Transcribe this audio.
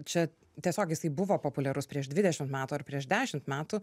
čia tiesiog jisai buvo populiarus prieš dvidešim metų ar prieš dešimt metų